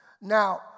Now